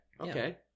Okay